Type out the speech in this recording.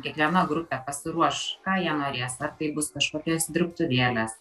kiekviena grupė pasiruoš ką jie norės ar tai bus kažkokias dirbtuvėlės